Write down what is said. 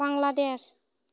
Bangladesh